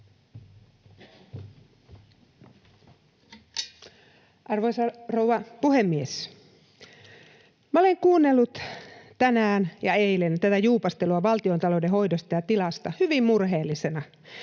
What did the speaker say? Arvoisa rouva puhemies! Olen kuunnellut tänään ja eilen tätä juupastelua valtiontalouden hoidosta ja tilasta hyvin murheellisena